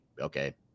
okay